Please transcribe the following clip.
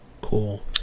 Cool